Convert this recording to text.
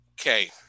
Okay